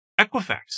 Equifax